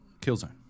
Killzone